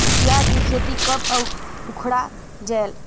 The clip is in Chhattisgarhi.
पियाज के खेती कब अउ उखाड़ा जायेल?